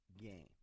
game